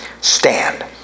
stand